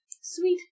Sweet